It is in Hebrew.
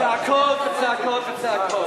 צעקות וצעקות וצעקות.